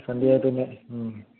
സന്ധ്യയായാൽ പിന്നെ